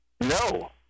No